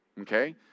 Okay